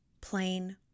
plain